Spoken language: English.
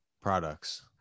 products